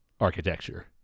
architecture